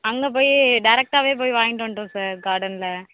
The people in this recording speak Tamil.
அங்கே போய் டேரக்ட்டாகவே போய் வாங்கிவிட்டு வந்துட்டோம் சார் கார்டனில்